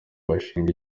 bashinga